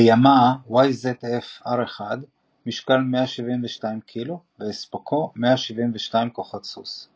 לימאהה YZF-R1 משקל 172 קילו והספקו 172 כוח סוס.